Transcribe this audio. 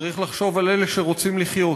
צריך לחשוב על אלה שרוצים לחיות.